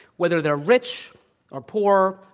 whether they're rich or poor,